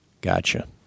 Gotcha